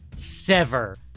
sever